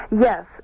Yes